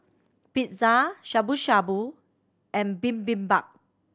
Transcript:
Pizza Shabu Shabu and Bibimbap